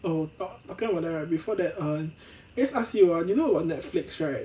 oh but talking about that right before that err just ask you ah 你用完 Netflix right